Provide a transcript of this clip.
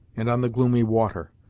and on the gloomy water,